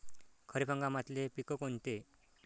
खरीप हंगामातले पिकं कोनते?